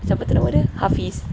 siapa tu nama dia hafidz